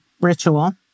ritual